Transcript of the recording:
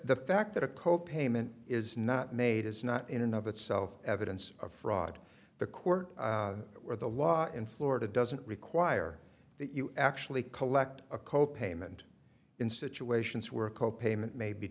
the fact that a co payment is not made is not in another itself evidence of fraud the court or the law in florida doesn't require that you actually collect a co payment in situations where a co payment may be